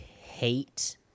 hate